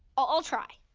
i'll try.